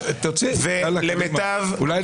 -- תוך השתלטות על המיקרופונים זה אתגר, הנה,